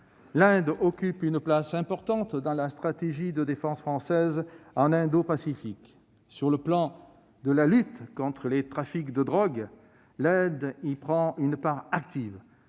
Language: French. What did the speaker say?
L'Inde occupe une place importante dans la stratégie de défense française en Indopacifique. S'agissant de la lutte contre les trafics de drogue, l'Inde y prend une part active,